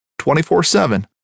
24-7